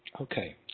Okay